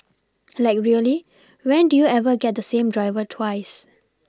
like really when do you ever get the same driver twice